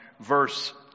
verse